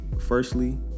firstly